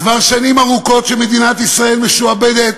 כבר שנים ארוכות מדינת ישראל משועבדת